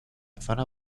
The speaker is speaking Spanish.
zona